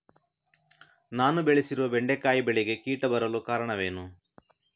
ನಾನು ಬೆಳೆಸಿರುವ ಬೆಂಡೆಕಾಯಿ ಬೆಳೆಗೆ ಕೀಟ ಬರಲು ಕಾರಣವೇನು?